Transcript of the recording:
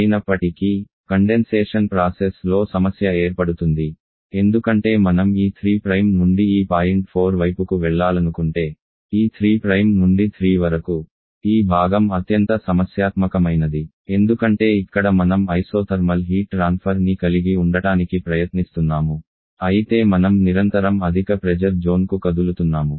అయినప్పటికీ condensation process లో సమస్య ఏర్పడుతుంది ఎందుకంటే మనం ఈ 3 నుండి ఈ పాయింట్ 4 వైపుకు వెళ్లాలనుకుంటే ఈ 3 నుండి 3 వరకు ఈ భాగం అత్యంత సమస్యాత్మకమైనది ఎందుకంటే ఇక్కడ మనం ఐసోథర్మల్ హీట్ ట్రాన్ఫర్ ని కలిగి ఉండటానికి ప్రయత్నిస్తున్నాము అయితే మనం నిరంతరం అధిక ప్రెజర్ జోన్కు కదులుతున్నాము